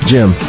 Jim